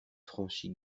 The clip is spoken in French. franchit